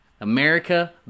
America